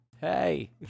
Hey